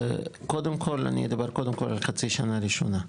קודם כל אני אדבר על חצי השנה הראשונה.